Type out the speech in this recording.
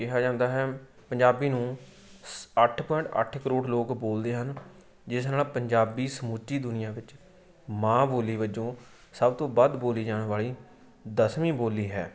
ਕਿਹਾ ਜਾਂਦਾ ਹੈ ਪੰਜਾਬੀ ਨੂੰ ਸ ਅੱਠ ਪੁਆਇੰਟ ਅੱਠ ਕਰੋੜ ਲੋਕ ਬੋਲਦੇ ਹਨ ਜਿਸ ਨਾਲ਼ ਪੰਜਾਬੀ ਸਮੁੱਚੀ ਦੁਨੀਆ ਵਿੱਚ ਮਾਂ ਬੋਲੀ ਵਜੋਂ ਸਭ ਤੋਂ ਵੱਧ ਬੋਲੀ ਜਾਣ ਵਾਲੀ ਦਸਵੀਂ ਬੋਲੀ ਹੈ